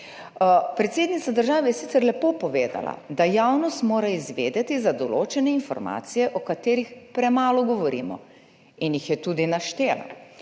Predsednica države je sicer lepo povedala, da mora javnost izvedeti za določene informacije, o katerih premalo govorimo, in jih je tudi naštela.